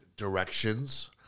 directions